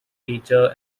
teacher